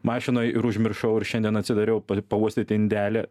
mašinoj ir užmiršau ir šiandien atsidariau pa pauostyti indelį